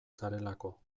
zarelako